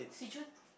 swee-choon